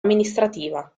amministrativa